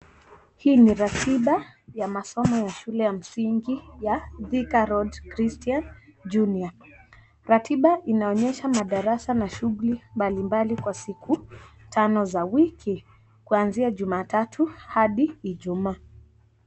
Hii ni ratiba ya masomo ya shule ya msingi ya Thika Road Christian Junior Ratiba inaonyesha madarasa kuwa na shughuli mbalimbali kwa siku tano za wiki kuanzia jumatatu hadi ijumaa.